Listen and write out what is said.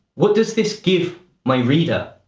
what does this give my reader?